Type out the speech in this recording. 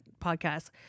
podcast